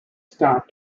starts